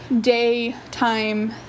daytime